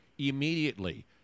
Immediately